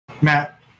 Matt